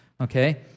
Okay